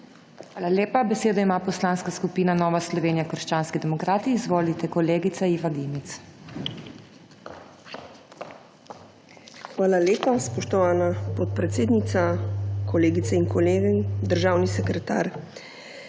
Hvala lepa. Besedo ima Poslanska skupina Nova Slovenija – krščanski demokrati. Izvolite kolegica Iva Dimic. **IVA DIMIC (PS NSi):** Hvala lepa, spoštovana podpredsednica. Kolegice in kolegi, državni sekretar!